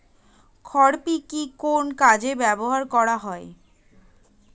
খুরপি কি কোন কাজে ব্যবহার করা হয়?